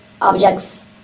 objects